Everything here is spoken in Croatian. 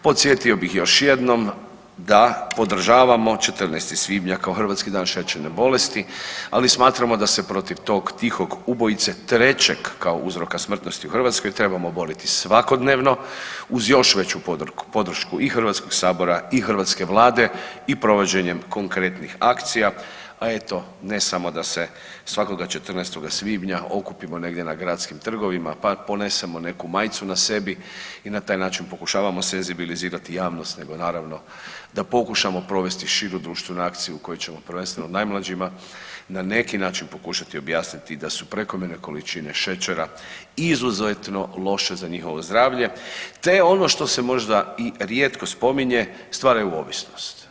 Podsjetio bih još jednom da podržavamo 14. svibnja kao Hrvatski dan šećerne bolesti, ali smatramo da se protiv tog tihog ubojice, trećeg kao uzroka smrtnosti u Hrvatskoj trebamo boriti svakodnevno uz još veću podršku i Hrvatskog sabora i hrvatske Vlade i provođenjem konkretnih akcija, a eto ne samo da se svakoga 14. svibnja okupimo negdje na gradskim trgovima, pa ponesemo neku majicu na sebi i na taj način pokušavamo senzibilizirati javnost, nego naravno da pokušamo provesti širu društvenu akciju u kojoj ćemo prvenstveno najmlađima na neki način pokušati objasniti da su prekomjerne količine šećera izuzetno loše za njihovo zdravlje, te ono što se možda i rijetko spominje stvaraju ovisnost.